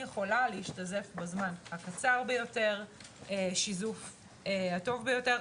יכולה להשתזף בזמן הקצר ביותר את השיזוף הטוב ביותר.